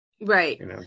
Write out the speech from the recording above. Right